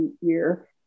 year